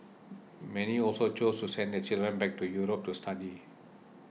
many also chose to send their children back to Europe to study